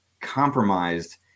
compromised